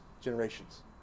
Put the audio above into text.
generations